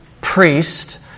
priest